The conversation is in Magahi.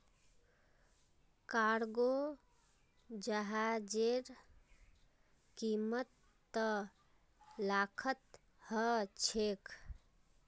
कार्गो जहाजेर कीमत त लाखत ह छेक